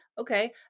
okay